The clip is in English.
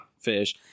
fish